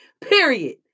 Period